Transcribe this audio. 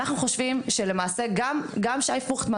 אנחנו חושבים, גם שי פרוכטמן